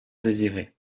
désirer